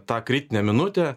tą kritinę minutę